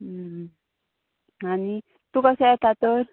आनी तूं कशें येता तर